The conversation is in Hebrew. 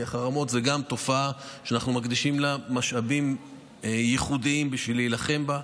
כי החרמות זו גם תופעה שאנחנו מקדישים משאבים ייחודיים בשביל להילחם בה.